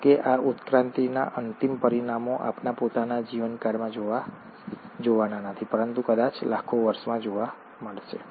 જો કે આ ઉત્ક્રાંતિના અંતિમ પરિણામો આપણા પોતાના જીવનકાળમાં જોવાના નથી પરંતુ કદાચ લાખો વર્ષોમાં જોવા મળશે